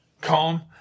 Calm